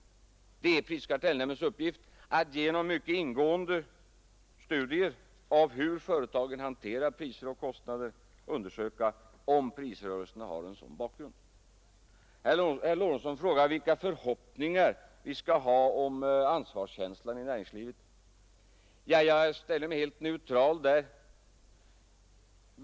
Det är prisoch kartellnämndens uppgift att genom mycket ingående studier av hur företagen hanterar priser och kostnader undersöka om prisrörelserna har en sådan bakgrund. Herr Lorentzon frågar vilka förhoppningar vi skall ha om ansvars känslan i näringslivet. Jag ställer mig helt neutral på denna punkt.